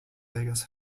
vegas